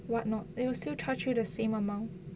what not they will still charge you the same amount